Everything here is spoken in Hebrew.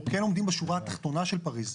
אנחנו כן עומדים בשורה התחתונה של פריז.